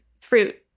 fruit